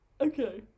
okay